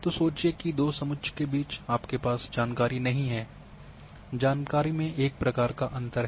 तो सोचिए कि दो समुच्च के बीच आपके पास जानकारी नहीं है जानकारी में एक अंतर है